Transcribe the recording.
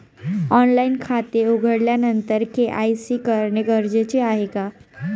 Online खाते उघडल्यानंतर KYC करणे गरजेचे आहे का?